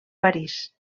parís